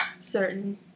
certain